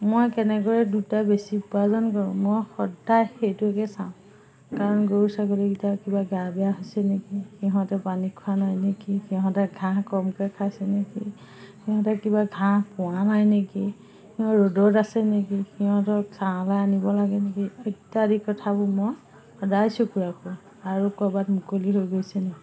মই কেনেকৈ দুটা বেছি উপাৰ্জন কৰোঁ মই সদায় সেইটোৱাকে চাওঁ কাৰণ গৰু ছাগলীকেইটা কিবা গা বেয়া হৈছে নেকি সিহঁতে পানী খোৱা নাই নেকি সিহঁতে ঘাঁহ কমকৈ খাইছে নেকি সিহঁতে কিবা ঘাঁহ পোৱা নাই নেকি সিহঁত ৰ'দত আছে নেকি সিহঁতক ছাঁলৈ আনিব লাগে নেকি ইত্যাদি কথাবোৰ মই সদায় চকু ৰাখোঁ আৰু ক'ৰবাত মুকলি হৈ গৈছে নেকি